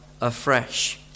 afresh